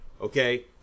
Okay